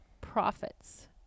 profits